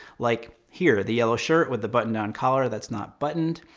like here, the yellow shirt with the button down collar, that's not buttoned.